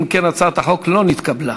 אם כן, הצעת החוק לא נתקבלה.